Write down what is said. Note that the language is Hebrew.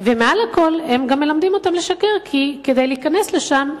מעל הכול הם מלמדים אותם לשקר כדי להיכנס לשם,